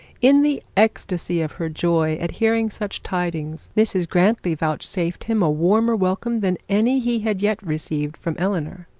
in the ecstasy of her joy at hearing such tidings, mrs grantly vouchsafed him a warmer welcome than any he had yet received from eleanor.